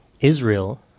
Israel